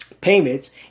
Payments